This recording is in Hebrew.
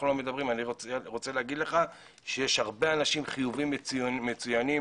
אני רוצה להגיע לך שיש הרבה אנשים חיוביים מצוינים